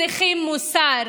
צריכים מוסר.